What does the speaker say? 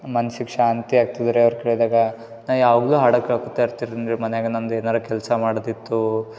ಮನ್ಸಿಗೆ ಶಾಂತಿ ಆಗ್ತದೆ ರೀ ಅವ್ರು ಕೇಳ್ದಾಗ ನಾ ಯಾವುದೋ ಹಾಡ ಕೇಳ್ಕೋತಾ ಇರ್ತೆ ರೀ ಅಂದ್ರೆ ಮನ್ಯಾಗ ನಂದು ಏನಾರ ಕೆಲಸ ಮಾಡದಿತ್ತು